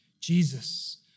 Jesus